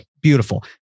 Beautiful